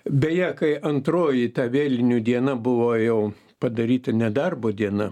beje kai antroji vėlinių diena buvo jau padaryta nedarbo diena